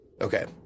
Okay